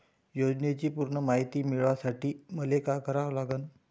योजनेची पूर्ण मायती मिळवासाठी मले का करावं लागन?